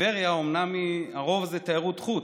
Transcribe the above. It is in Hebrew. בטבריה אומנם הרוב זה תיירות חוץ,